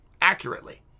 accurately